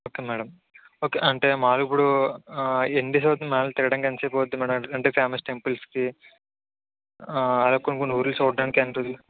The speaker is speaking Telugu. ఓకే మేడం ఓకే అంటే మామూలుగా ఇప్పుడు ఎన్ని డేస్ అవుతుంది తిరగడానికి ఎంత సేపు అవుతుంది మేడం అంటే ఫేమస్ టెంపుల్స్కి ఆ కొన్ని కొన్ని ఊర్లు చూడడానికి ఎంత అవుతుంది